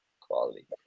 Quality